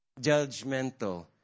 judgmental